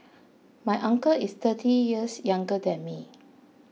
my uncle is thirty years younger than me